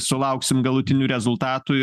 sulauksim galutinių rezultatų ir